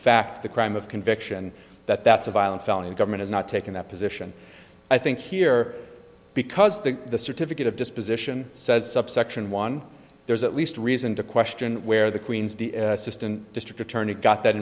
fact the crime of conviction that that's a violent felony the government is not taking that position i think here because the certificate of disposition says subsection one there's at least reason to question where the queen's assistant district attorney got that